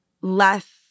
less